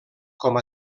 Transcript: com